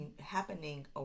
happening